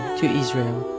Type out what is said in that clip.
to israel,